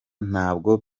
ntabwo